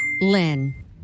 Lynn